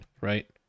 right